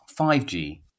5G